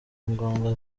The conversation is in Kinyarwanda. ngombwa